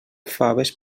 faves